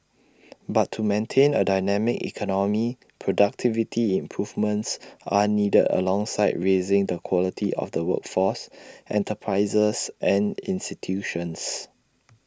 but to maintain A dynamic economy productivity improvements are needed alongside raising the quality of the workforce enterprises and institutions